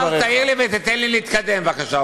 אל תעיר לי ותיתן לי להתקדם, בבקשה.